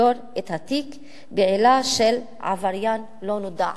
לסגור את התיק בעילה של "עבריין לא נודע".